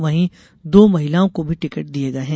वहीं दो महिलाओं को भी टिकट दिये गये हैं